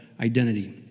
identity